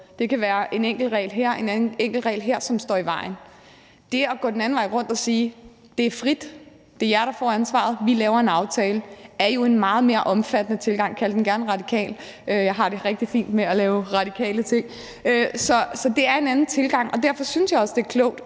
det kan være en enkelt regel her eller en enkelt regel dér, som står i vejen. Det at gå den anden vej rundt og sige, det er frit, det er jer, der får ansvaret, vi laver en aftale, er jo en meget mere omfattende tilgang – kald den gerne radikal. Jeg har det rigtig fint med at lave radikale ting. Så det er en anden tilgang, og derfor synes jeg også, det er klogt